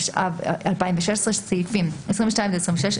התשע"ב-2016 - סעיפים 22 עד 26,